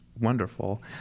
wonderful